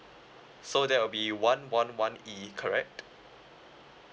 so that will be one one one E correct